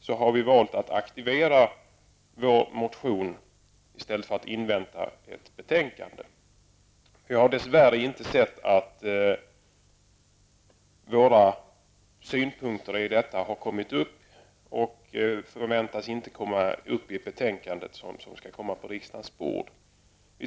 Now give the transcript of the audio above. Vi har alltså valt att motionera i stället för att invänta ett betänkande. Vi har dess värre inte sett att våra synpunkter i detta sammanhang har tagits upp eller förväntas bli upptagna i det betänkande som skall läggas på riksdagens bord.